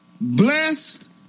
Blessed